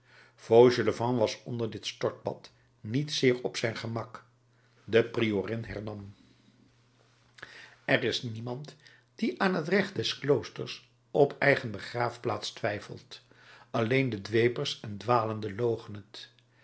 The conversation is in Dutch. fauchelevent was onder dit stortbad niet zeer op zijn gemak de priorin hernam er is niemand die aan het recht des kloosters op eigen begraafplaats twijfelt alleen dwepers en dwalenden loochenen